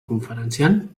conferenciant